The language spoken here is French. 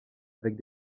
avec